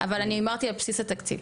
אבל אני אמרתי על בסיס התקציב.